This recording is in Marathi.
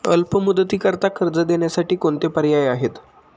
अल्प मुदतीकरीता कर्ज देण्यासाठी कोणते पर्याय आहेत?